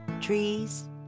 trees